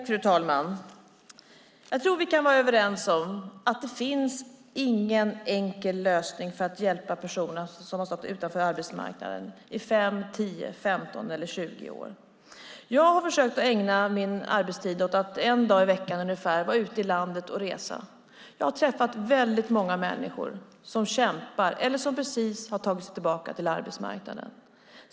Fru talman! Jag tror att vi kan vara överens om att det inte finns någon enkel lösning för att hjälpa personer som har stått utanför arbetsmarknaden i 5, 10, 15 eller 20 år. Jag har försökt ägna min arbetstid åt att ungefär en dag i veckan vara ute i landet och resa. Jag har träffat väldigt många människor som kämpar eller som precis har tagit sig tillbaka till arbetsmarknaden.